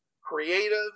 creative